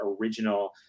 original